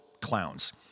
clowns